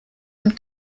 und